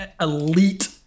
elite